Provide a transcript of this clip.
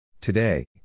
Today